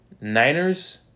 Niners